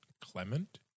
Clement